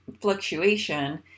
fluctuation